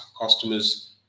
customers